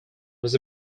was